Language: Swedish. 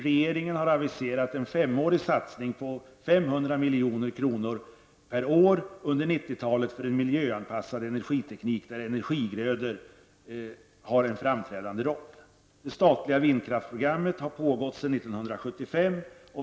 Regeringen har aviserat en femårig satsning på 500 milj.kr. per år under 90-talet för en miljöanpassad energiteknik, där energigrödor har en framträdande roll. Det statliga vindkraftsprogrammet har pågått sedan 1975.